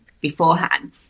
beforehand